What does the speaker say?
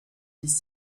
dix